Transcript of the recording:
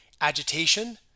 agitation